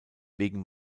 wegen